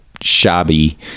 Shabby